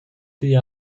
digl